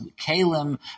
kalim